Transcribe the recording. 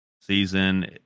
season